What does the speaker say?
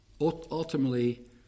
ultimately